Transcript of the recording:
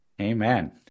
Amen